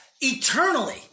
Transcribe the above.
eternally